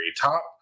top